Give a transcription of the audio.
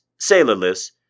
sailorless